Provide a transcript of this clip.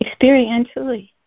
Experientially